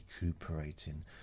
recuperating